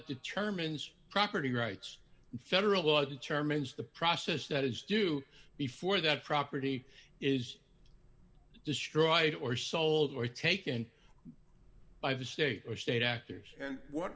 determines property rights and federal law determines the process that is due before that property is destroyed or sold or taken by the state or state actors and what